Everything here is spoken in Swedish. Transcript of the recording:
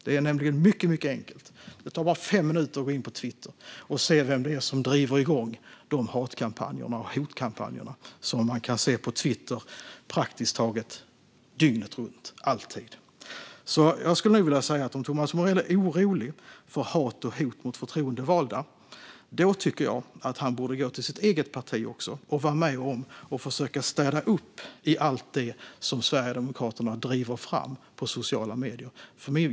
Det hela är mycket enkelt: Det tar bara fem minuter att gå in på Twitter för att se vilka som drar igång de hat och hotkampanjer som syns där praktiskt taget dygnet runt och alltid. Om Thomas Morell är orolig över hat och hot mot förtroendevalda tycker jag att han borde gå till sitt eget parti och hjälpa till med att försöka städa upp allt det som Sverigedemokraterna driver fram på sociala medier.